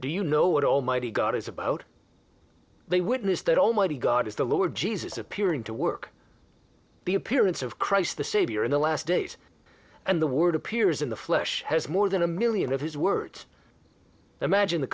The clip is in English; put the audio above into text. do you know what almighty god is about they witness that almighty god is the lord jesus appearing to work the appearance of christ the savior in the last days and the word appears in the flesh has more than a million of his words imagine the